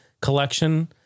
collection